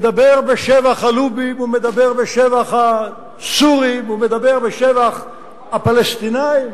מדבר בשבח הלובים ומדבר בשבח הסורים ומדבר בשבח הפלסטינים,